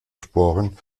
sporen